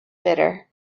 bitter